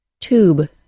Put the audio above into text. Tube